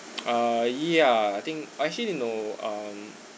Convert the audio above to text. uh yeah I think I actually didn't know um